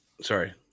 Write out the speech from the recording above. Sorry